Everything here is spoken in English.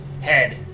head